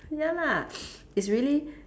ya lah it's really